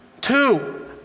Two